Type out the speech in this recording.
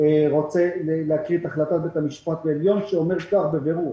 אני רוצה להקריא את החלטת בית המשפט העליון שאומר כך בבירור: